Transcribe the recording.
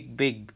big